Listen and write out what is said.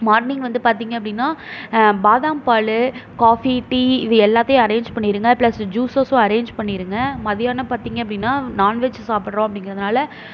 morning வந்து பார்த்திங்க அப்படின்னா பாதாம் பால் காஃபி டீ இது எல்லாத்தையும் அரேஞ்ச் பண்ணிடுங்க ப்ளஸ் ஜூஸஸும் அரேஞ்ச் பண்ணிடுங்க மதியானம் பார்த்திங்க அப்படின்னா நான்வெஜ்ஜு சாப்பிடுறோம் அப்படிங்கிறதுனால